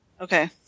Okay